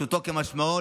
פשוטו כמשמעו,